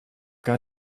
got